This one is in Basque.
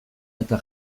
eta